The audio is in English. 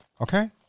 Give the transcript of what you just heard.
Okay